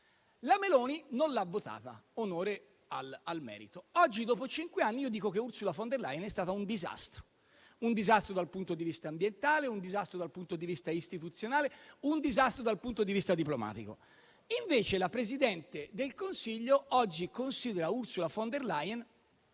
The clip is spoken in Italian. La Meloni non l'ha votata: onore al merito. Oggi, dopo cinque anni, io sostengo che Ursula von der Leyen sia stata un disastro: un disastro dal punto di vista ambientale, un disastro dal punto di vista istituzionale, un disastro dal punto di vista diplomatico. Invece, la Presidente del Consiglio oggi considera Ursula von der Leyen,